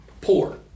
poor